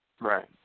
right